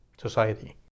society